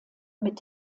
mit